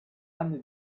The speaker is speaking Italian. anni